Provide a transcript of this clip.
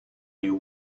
you